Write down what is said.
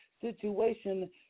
situation